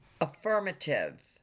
Affirmative